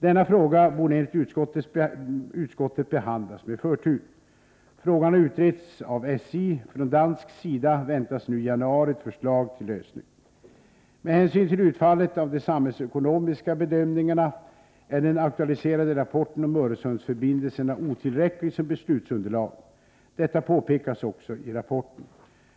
Denna fråga borde enligt utskottet behandlas med förtur: Frågan har utretts av SJ. Från dansk sida väntas nu i januari ett förslag till lösning. Med hänsyn till utfallet av de samhällsekonomiska bedömningarna är den aktualiserade rapporten om Öresundsförbindelserna otillräcklig som beslutsunderlag. Detta påpekas också i rapporten.